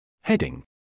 Heading